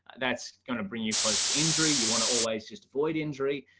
that's going to bring you close to injury, you want to always just avoid injury.